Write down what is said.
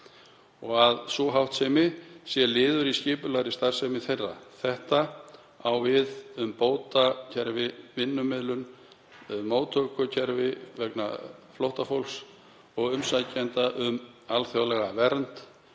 og að sú háttsemi sé liður í skipulagðri starfsemi þeirra. Þetta á við um bótakerfi, vinnumiðlun, móttökukerfi vegna flóttafólks og umsækjenda um alþjóðlega vernd